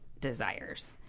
desires